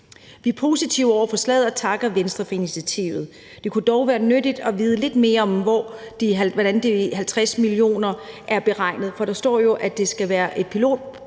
Vi er positive over for forslaget og takker Venstre for initiativet. Det kunne dog være nyttigt at vide lidt mere om, hvordan de 50 mio. kr. er beregnet. Der står jo, at det skal være et